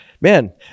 man